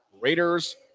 Raiders